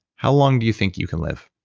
how long do you think you can live?